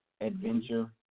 adventure